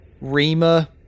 Rima